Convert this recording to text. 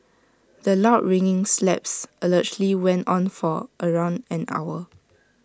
the loud ringing slaps allegedly went on for around an hour